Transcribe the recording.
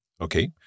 Okay